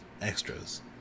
extras